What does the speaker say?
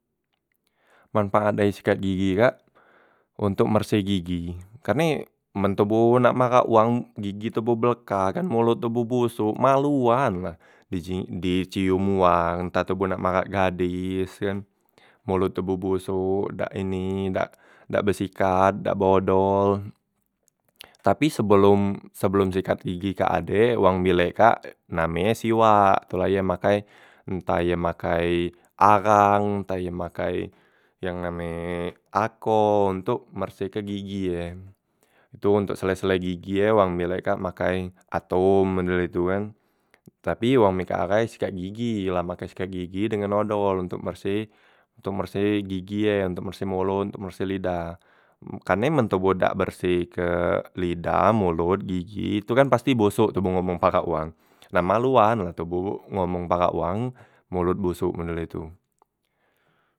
Manpaat dari sikat gigi e kak ontok merseh gigi, karne men toboh nak marak wang gigi tu be beleka kan molot toboh bosok maluan la di ci diciom uwang, ntah toboh nak marak gadis kan molot toboh bosok dak ini dak dak be sikat dak be odol, tapi sebelom sebelom sikat gigi kak ade wang bilek kak name e siwak, tu la ye makai ntah ye makai arang ntah ye makai yang name e akoh ntok mersehke gigi e, itu ntok sele- sele gigi e wong bilek kak makai atom model itu kan, tapi wong meka ahai sikat gigi la make sikat gigi dengan odol ntok merseh ntok merseh gigi e, ntok merseh molot, ntok merseh lidah, karne men toboh dak bersehke lidah, molot, gigi tu kan mesti bosok toboh ngomong parak wang, nah maluan la toboh ngomong parak wang molot bosok model itu.